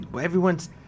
everyone's